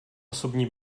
osobní